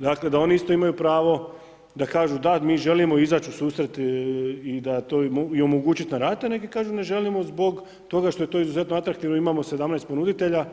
Dakle, da oni isto imaju pravo da kažu, da, mi želimo izaći u susret i da omogućit na rate, neki kažu ne želimo zbog toga što je to izuzetno atraktivno, imamo 17 ponuditelja